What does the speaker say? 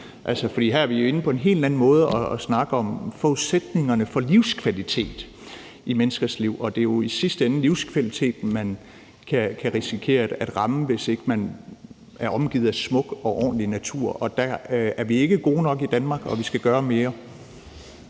For her er vi jo på en helt anden måde inde at snakke om forudsætningerne for livskvalitet i menneskers liv, og det er i sidste ende livskvaliteten, man kan risikere at ramme, hvis ikke man er omgivet af smuk og ordentlig natur, og der er vi ikke gode nok i Danmark, og vi skal gøre mere.